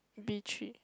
B three